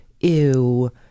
ew